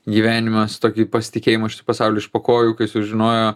gyvenimą su tokį pasitikėjimu pasaulį iš po kojų kai sužinojo